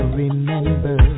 remember